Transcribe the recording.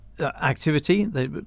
Activity